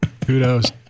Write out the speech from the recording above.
Kudos